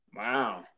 Wow